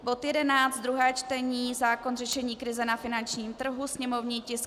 Bod 11 druhé čtení zákon řešení krize na finančním trhu sněmovní tisk 536.